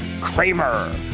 Kramer